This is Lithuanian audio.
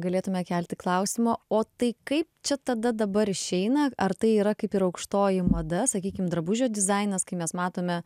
galėtume kelti klausimo o tai kaip čia tada dabar išeina ar tai yra kaip ir aukštoji mada sakykim drabužio dizainas kai mes matome